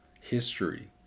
history